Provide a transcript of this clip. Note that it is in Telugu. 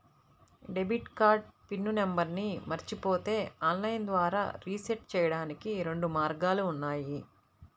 డెబిట్ కార్డ్ పిన్ నంబర్ను మరచిపోతే ఆన్లైన్ ద్వారా రీసెట్ చెయ్యడానికి రెండు మార్గాలు ఉన్నాయి